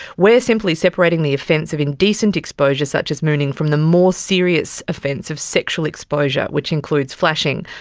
we are simply separating the offence of indecent exposure such as mooning from the more serious offence of sexual exposure which includes flashing.